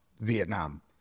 Vietnam